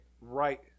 right